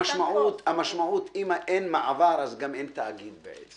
אם אין מעבר, המשמעות היא שגם אין תאגיד בעצם.